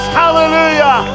hallelujah